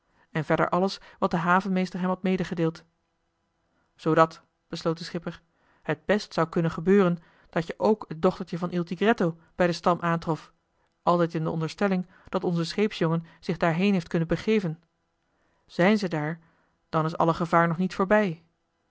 en verder alles wat de havenmeester hem had medegedeeld zoodat besloot de schipper het best zou kunnen gebeuren dat je ook het dochtertje van il tigretto bij den stam aantrof altijd in de onderstelling dat onze scheepsjongen zich daarheen heeft kunnen begeven zijn zij daar dan is alle gevaar nog niet voorbij